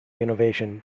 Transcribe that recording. innovation